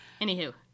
anywho